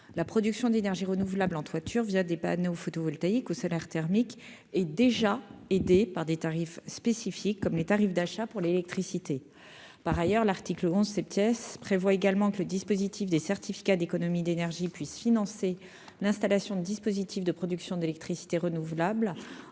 la production d'énergie renouvelable en toiture, via des panneaux football. Daïc ou solaire thermique et déjà aidé par des tarifs spécifiques comme les tarifs d'achat pour l'électricité, par ailleurs, l'article onze ces pièces prévoit également que le dispositif des certificats d'économie d'énergie puisse financer l'installation de dispositifs de production d'électricité renouvelable